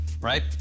right